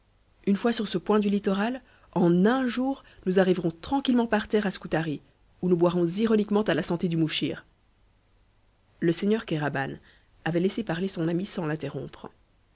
une fois sur ce point du littoral en un jour nous arriverons tranquillement par terre à scutari où nous boirons ironiquement à la santé du muchir le seigneur kéraban avait laissé parler son ami sans l'interrompre